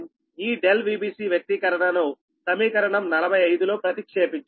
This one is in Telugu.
ఈ ∆Vbc వ్యక్తీకరణను సమీకరణం 45 లో ప్రతిక్షేపించండి